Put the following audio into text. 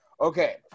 Okay